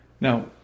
Now